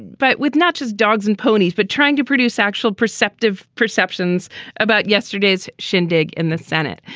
but with not just dogs and ponies, but trying to produce actual perceptive perceptions about yesterday's shindig in the senate.